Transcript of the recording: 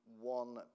one